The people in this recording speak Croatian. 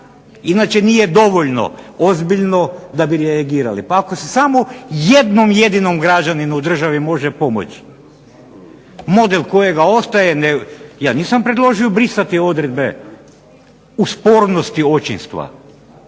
Inače nije dovoljno ozbiljno da bi reagirali. Ako se samo jednom jedinom građaninu u državi može pomoći, model kojega ostaje, ja nisam predložio brisati odredbe o spornosti očinstva,